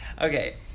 Okay